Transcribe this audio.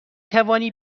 توانی